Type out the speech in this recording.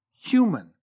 human